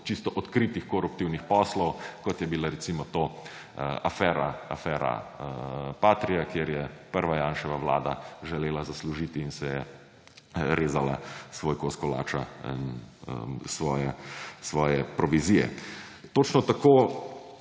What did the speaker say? čisto odkritih koruptivnih poslov, kot je bila recimo to afera Patrie, kjer je prva Janševa vlada želela zaslužiti in si je rezala svoj kos kolača, svoje provizije. Točno tako